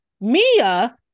Mia